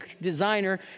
designer